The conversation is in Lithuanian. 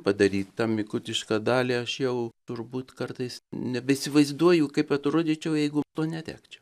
padarytą mikutišką dalį aš jau turbūt kartais nebeįsivaizduoju kaip atrodyčiau jeigu to netekčiau